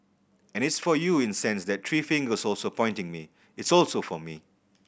and it's for you in sense that three fingers also pointing me it's also for me